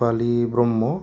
Rupali Brahma